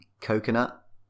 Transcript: coconut